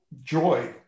joy